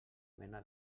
mena